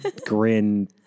grin